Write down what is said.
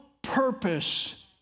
Purpose